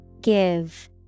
Give